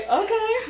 okay